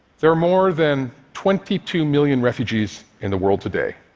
there are more than twenty two million refugees in the world today,